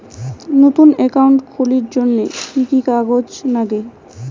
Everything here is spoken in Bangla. নতুন একাউন্ট খুলির জন্যে কি কি কাগজ নাগে?